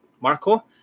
Marco